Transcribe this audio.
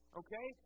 okay